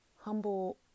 humble